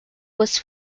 was